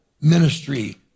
ministry